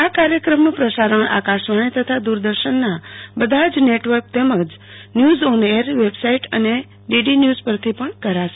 આ કાર્યક્રમનું પ્રસારણ આકાશવાણી તથા દુરદર્શનના બધા જ નેટવર્ક તેમજ ન્યુઝ ઓન એર વેબસાઈટ અને ડીડી ન્યુઝ પરથી પણ કરાશે